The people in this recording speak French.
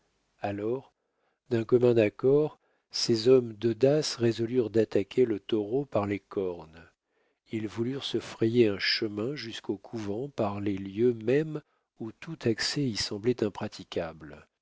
alors d'un commun accord ces hommes d'audace résolurent d'attaquer le taureau par les cornes ils voulurent se frayer un chemin jusqu'au couvent par les lieux mêmes où tout accès y semblait impraticable